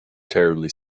terribly